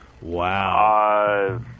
Wow